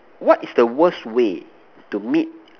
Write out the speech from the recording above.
what is the worst way to meet